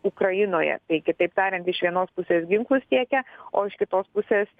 ukrainoje tai kitaip tariant iš vienos pusės ginklus tiekia o iš kitos pusės